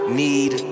need